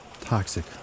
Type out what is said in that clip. Toxic